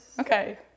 Okay